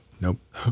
nope